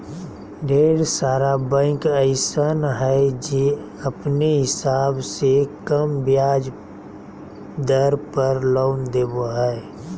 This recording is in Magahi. ढेर सारा बैंक अइसन हय जे अपने हिसाब से कम ब्याज दर पर लोन देबो हय